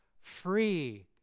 free